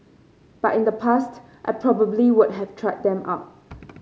but in the past I probably would have tried them out